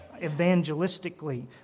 evangelistically